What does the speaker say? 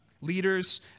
leaders